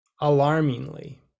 alarmingly